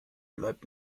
bleibt